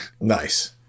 nice